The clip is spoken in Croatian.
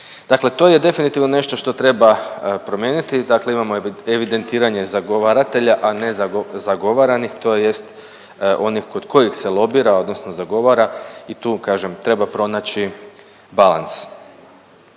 Dakle to je definitivno nešto što treba promijeniti, dakle imamo evidentiranje zagovaratelja, a ne zagovaranih tj. onih kod kojih se lobira odnosno zagovara i tu kažem treba pronaći balans.